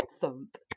thump